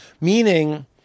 Meaning